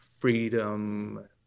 freedom